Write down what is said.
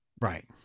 right